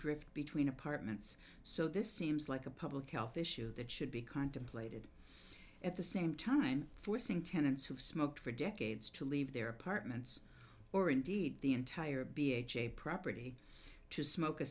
drift between apartments so this seems like a public health issue that should be contemplated at the same time forcing tenants who smoke for decades to leave their apartments or indeed the entire b h a property to smoke a